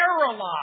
paralyzed